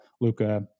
Luca